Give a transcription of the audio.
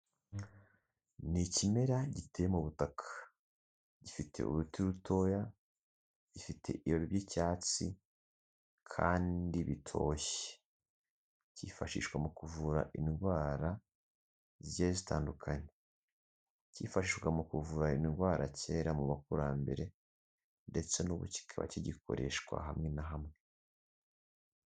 Ni ikimera giteye mu butaka, gifite uruti rutoya gifite ibibabi by'icyatsi kandi bitoshye byifashishwa mu kuvura indwara zigiye zitandukanye, cyifashishwa mu kuvura indwara kera mu bakurambere, ndetse nubu kikaba kigikoreshwa hamwe na hamwe.